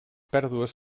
pèrdues